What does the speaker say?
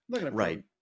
Right